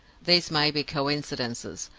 these may be coincidences,